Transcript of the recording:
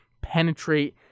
penetrate